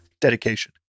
Dedication